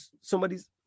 somebody's